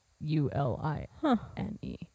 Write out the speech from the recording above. u-l-i-n-e